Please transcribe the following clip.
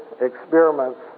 experiments